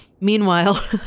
meanwhile